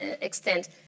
extent